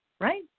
Right